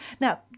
Now